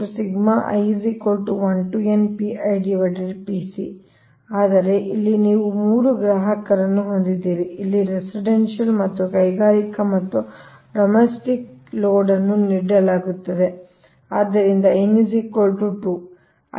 FD ಆದರೆ ಇಲ್ಲಿ ನೀವು 2 ಗ್ರಾಹಕರನ್ನು ಹೊಂದಿದ್ದೀರಿ ಇಲ್ಲಿ ರೆಸಿಡೆನ್ಷಿಯಲ್ ಮತ್ತು ಕೈಗಾರಿಕಾ ಮತ್ತು ಡೊಮೇಸ್ಟಿಕ್ ಲೋಡ್ ನ್ನು ನೀಡಲಾಗುತ್ತದೆ